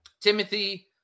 Timothy